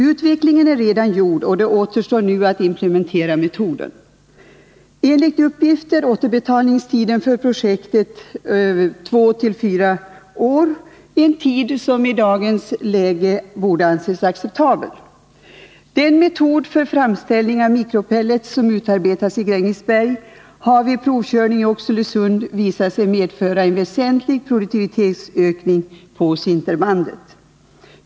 Utvecklingsarbetet är redan gjort, och det återstår nu att implementera metoden. Enligt uppgift är återbetalningstiden för projektkostnaderna två till fyra år, en tid som i dagens läge borde anses acceptabel. Den metod för framställning av mikropellets som utarbetats i Grängesberg har vid provkörning i Oxelösund visat sig medföra en väsentlig produktivitetsökning på sinterbandet.